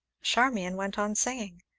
charmian went on singing.